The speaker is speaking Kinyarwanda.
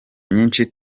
nyinshi